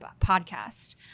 podcast